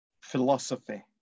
philosophy